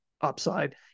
upside